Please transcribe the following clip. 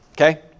Okay